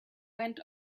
went